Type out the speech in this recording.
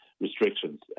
restrictions